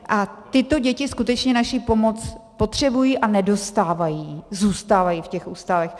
A tyto děti skutečně naši pomoc potřebují a nedostávají, zůstávají v těch ústavech.